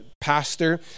pastor